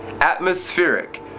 atmospheric